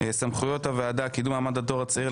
סמכויות הוועדה: קידום מעמד הדור הצעיר,